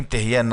אם תהיינה,